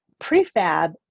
prefab